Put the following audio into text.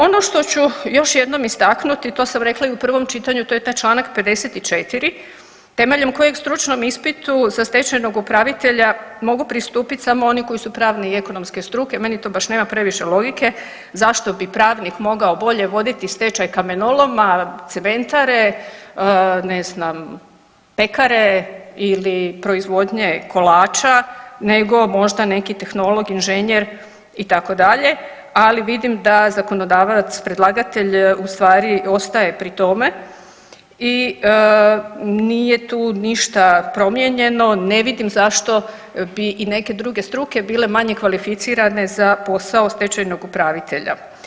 Ono što ću još jednom istaknuti, to sam rekla i u prvom čitanju, to je taj čl. 54. temeljem kojeg stručnom ispitu za stečajnog upravitelja mogu pristupit samo oni koji su pravne i ekonomske struke, meni to baš nema previše logike zašto bi pravnim mogao bolje voditi stečaj kamenoloma, cementare, ne znam pekare ili proizvodnje kolača nego možda neki tehnolog, inženjer itd., ali vidim da zakonodavac predlagatelj ustvari ostaje pri tome i nije tu ništa promijenjeno, ne vidim zašto bi i neke druge struke bile manje kvalificirane za posao stečajnog upravitelja.